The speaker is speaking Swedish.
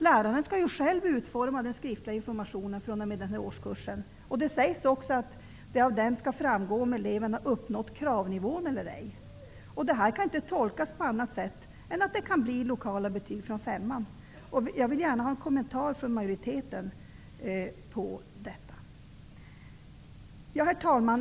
Läraren skall ju själv utforma den skriftliga informationen fr.o.m. den årskursen, och det sägs också att det av denna skall framgå om eleven uppnått kravnivån eller ej. Detta kan inte tolkas på annat sätt att det kan bli lokala betyg från femman. Jag vill gärna ha en kommentar från majoriteten på detta. Herr talman!